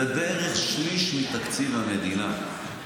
זה בערך שליש מתקציב המדינה,